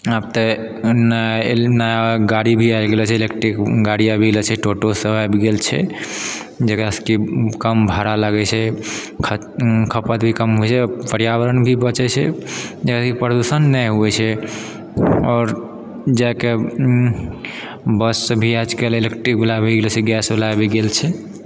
आब तऽ गाड़ी भी आबि गेल छै इलेक्ट्रिक गाड़ी आबि गेल छै टोटो सब आबि गेल छै जकरासँ कि कम भाड़ा लागै छै खपत भी कम होइ छै आओर पर्यावरण भी बचै छै यदि प्रदुषण नहि हुवै छै आओर जाइके बससँ भी आजकल इलेक्ट्रिकवला भी आबि गेलो छै गैसवला आबि गेल छै